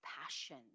passion